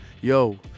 Yo